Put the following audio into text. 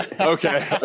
Okay